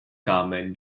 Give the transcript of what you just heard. common